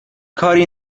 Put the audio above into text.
کاری